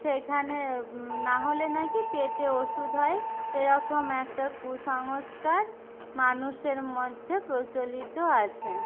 সেখানে নাহলে নাকি পেটে ওষুধ হয় এরকম একটা কুসংস্কার মানুষের মধ্যে প্রচলিত আছে